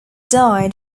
died